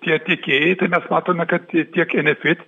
tie tiekėjai tai mes matome kad tiek enefit